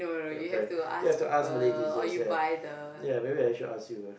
cannot find then I have to ask Malay teachers ya maybe I should ask you ah